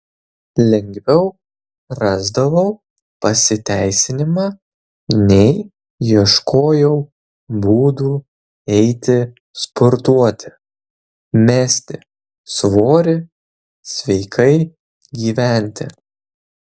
lengviau rasdavau pasiteisinimą nei ieškojau būdų eiti sportuoti mesti svorį sveikai gyventi